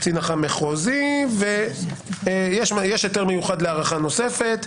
קצין אח"מ מחוזי, ויש היתר מיוחד להארכה נוספת.